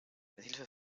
mithilfe